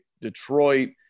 Detroit